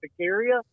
area